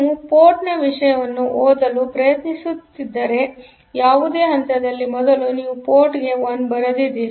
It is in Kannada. ನೀವು ಪೋರ್ಟ್ನ ವಿಷಯವನ್ನು ಓದಲು ಪ್ರಯತ್ನಿಸುತ್ತಿರುವ ಯಾವುದೇ ಹಂತದಲ್ಲಿ ಮೊದಲು ನೀವು ಪೋರ್ಟ್ಗೆ 1 ಬರೆದಿದ್ದೀರಿ